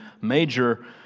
major